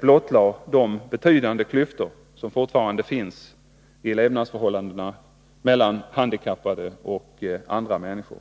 blottlagt de betydande klyftor som fortfarande finns mellan handikappades och andra människors levnadsförhållanden.